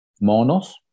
Monos